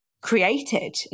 created